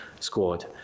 squad